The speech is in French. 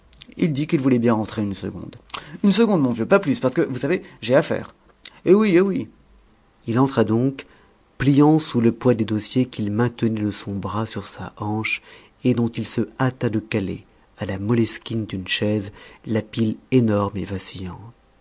il dit qu'il voulait bien entrer une seconde une seconde mon vieux pas plus parce que vous savez j'ai à faire eh oui eh oui il entra donc pliant sous le poids des dossiers qu'il maintenait de son bras sur sa hanche et dont il se hâta de caler à la moleskine d'une chaise la pile énorme et